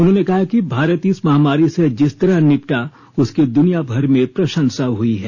उन्होंने कहा कि भारत इस महामारी से जिस तरह निपटा उसकी दुनियाभर में प्रशंसा हुई है